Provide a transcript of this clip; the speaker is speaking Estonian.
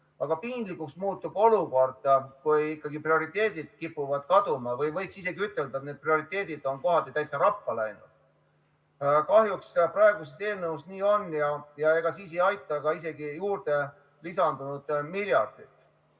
Aga piinlikuks muutub olukord, kus ikkagi prioriteedid kipuvad kaduma, võiks isegi ütelda, et need prioriteedid on kohati täitsa rappa läinud. Kahjuks praeguses eelnõus nii on ja ega siis ei aita ka isegi lisandunud miljardid.